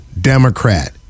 Democrat